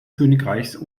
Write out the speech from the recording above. königreichs